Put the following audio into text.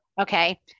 Okay